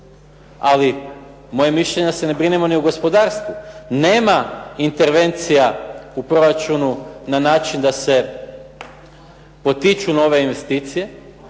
Ali moje je mišljenje da se ne brinemo ni o gospodarstvu. Nema intervencija u proračunu na način da se potiču nove investicije,